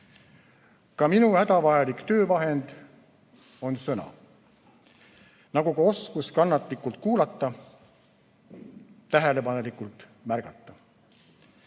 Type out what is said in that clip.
Ka minu hädavajalik töövahend on sõna. Nagu ka oskus kannatlikult kuulata, tähelepanelikult märgata.